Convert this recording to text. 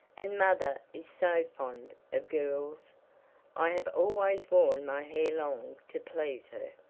and mother is so fond of girls i have always worn my hair long to please her.